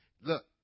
Look